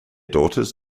daughters